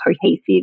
cohesive